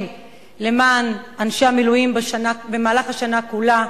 למען אנשי המילואים במהלך השנה כולה,